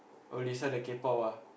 oh Lisa the K-pop ah